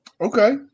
Okay